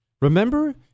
remember